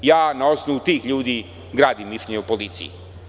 Ja na osnovu tih ljudi gradim mišljenje o policiji.